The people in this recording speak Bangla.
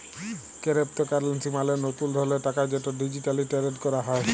কেরেপ্তকারেলসি মালে লতুল ধরলের টাকা যেট ডিজিটালি টেরেড ক্যরা হ্যয়